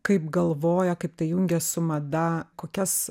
kaip galvoja kaip tai jungia su mada kokias